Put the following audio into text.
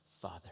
Father